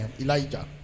Elijah